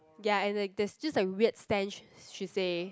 ya and like there's just a weird stench she say